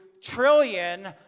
trillion